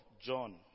John